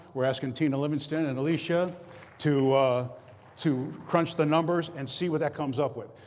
we're asking tina livingston and alicia to ah to crunch the numbers and see what that comes up with.